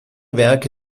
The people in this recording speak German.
werke